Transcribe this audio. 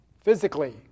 physically